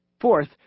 Fourth